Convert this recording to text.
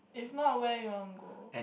if not where you want go